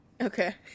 Okay